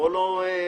בואו לא נגזים,